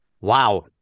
wow